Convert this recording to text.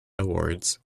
awards